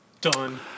Done